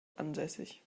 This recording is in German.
ansässig